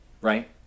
Right